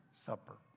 supper